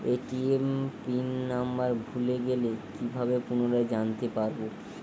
ATM pin number ভুলে গেলে কি ভাবে পুনরায় জানতে পারবো?